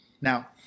Now